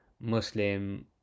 Muslim